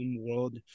world